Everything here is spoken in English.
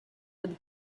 with